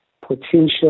potential